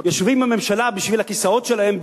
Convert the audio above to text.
יושבים בממשלה בשביל הכיסאות שלהם,